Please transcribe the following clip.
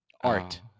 Art